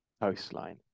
coastline